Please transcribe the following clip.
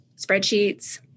spreadsheets